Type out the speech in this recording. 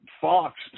Fox